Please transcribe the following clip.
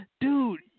Dude